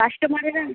কাস্টমারেরা